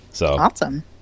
Awesome